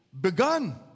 begun